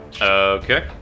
Okay